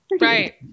right